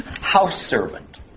house-servant